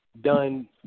done